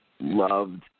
Loved